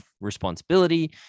responsibility